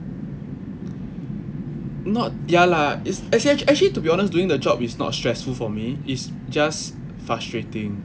not ya lah is act~ actually to be honest doing the job is not stressful for me it's just frustrating